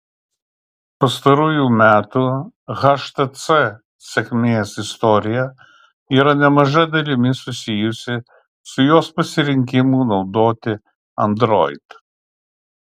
pastarųjų metų htc sėkmės istorija yra nemaža dalimi susijusi su jos pasirinkimu naudoti android